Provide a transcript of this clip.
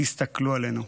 תסתכלו עלינו.